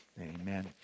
Amen